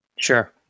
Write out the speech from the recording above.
Sure